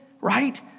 right